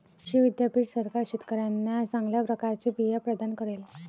कृषी विद्यापीठ सरकार शेतकऱ्यांना चांगल्या प्रकारचे बिया प्रदान करेल